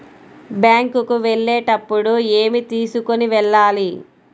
Bank కు వెళ్ళేటప్పుడు ఏమి తీసుకొని వెళ్ళాలి?